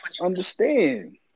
Understand